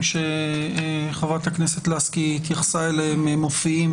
שחברת הכנסת לסקי התייחסה אליהם מופיעים